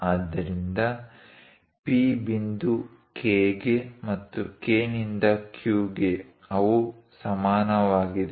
ಆದ್ದರಿಂದ P ಬಿಂದು K ಗೆ ಮತ್ತು K ನಿಂದ Q ಗೆ ಅವು ಸಮಾನವಾಗಿದೆ